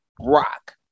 rock